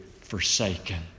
forsaken